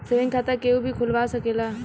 saving खाता केहू भी खोलवा सकेला